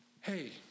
Hey